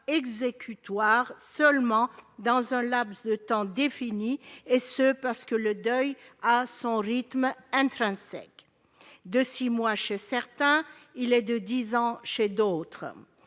exécutoire seulement dans un laps de temps défini. En effet, le deuil a son rythme intrinsèque : de six mois chez certains, il est de dix ans chez d'autres.